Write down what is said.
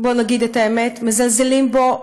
בואו נגיד את האמת, מזלזלים בו,